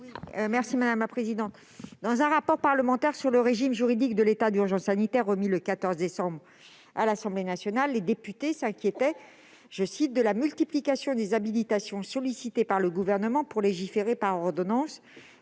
Mme Éliane Assassi. Dans un rapport parlementaire sur le régime juridique de l'état d'urgence sanitaire, remis le 14 décembre dernier à l'Assemblée nationale, les députés s'inquiétaient « de la multiplication des habilitations sollicitées par le Gouvernement pour légiférer par ordonnances